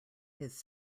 his